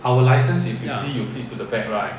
ya